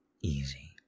Easy